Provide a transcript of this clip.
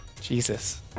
Jesus